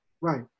Right